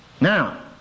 Now